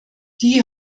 die